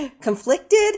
conflicted